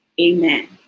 Amen